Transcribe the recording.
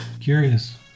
Curious